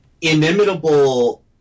inimitable